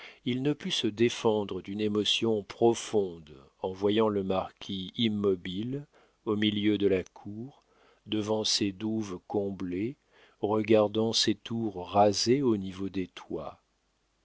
il ne put se défendre d'une émotion profonde en voyant le marquis immobile au milieu de la cour devant ses douves comblées regardant ses tours rasées au niveau des toits